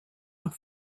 nog